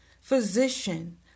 Physician